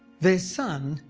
their son,